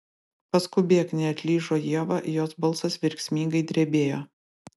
paskubėk neatlyžo ieva jos balsas verksmingai drebėjo